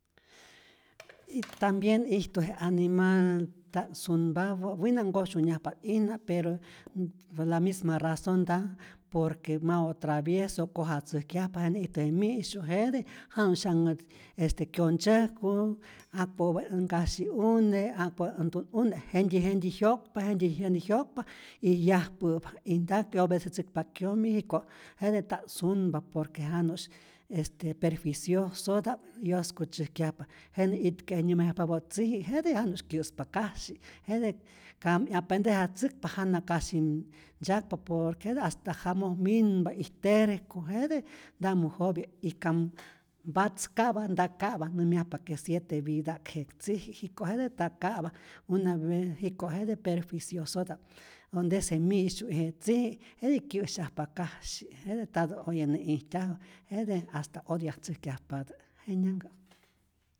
Y tambien ijtu je animal ntä't sunpapä, wina nkoj syunyajpa't'ijna pero ä' por la misma razon nta por que mau travieso, koja tzäjkyajpa, jenä ijtu je mi'syu' jete janu'syak nä kyontzyäjku ja po'ap äj nkasyi'une, ja po'ap äj ntu't'une, jentyi jentyi jyokpa jentyi jentyi jyokpa y yajpä'pa y nta 'yobedecetzäkpa kyomi, jiko' jete ntat sunpa por que janu'sy este perjuiciosota'p y yoskutzyäjkyajpa, jenä itke je nyäjmayajpapä tziji', jete janu'sy kyä'spa kasyi', jete kam 'yapentejatzäkpa jana kasyi ntzyäkpa, por que jete hasta jamoj minpa y terco jete, nta mojopya y kam mpatzka'pa nta ka'pa, nämyajpa que siete vida'k je tziji, jiko' jete nta ka'pa, una jiko' jete perjuiciosota'p, onte es je mi'syu y je tziji jetij kyä'syajpa kasyi, jete ntatä oye nä'ijtyajä, jete hasta odiatzäjkyajpatä, jenyanhkä.